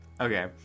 Okay